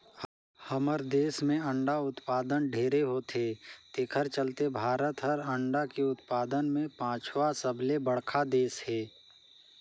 हमर देस में अंडा उत्पादन ढेरे होथे तेखर चलते भारत हर अंडा के उत्पादन में पांचवा सबले बड़खा देस हे